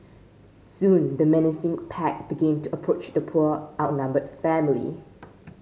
soon the menacing pack began to approach the poor outnumbered family